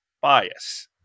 bias